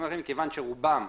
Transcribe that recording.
כיוון שרובם,